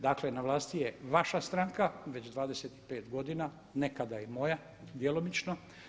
Dakle, na vlasti je vaša stranka već 25 godina, nekada i moja djelomično.